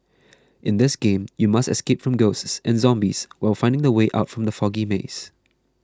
in this game you must escape from ghosts and zombies while finding the way out from the foggy maze